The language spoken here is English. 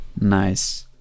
nice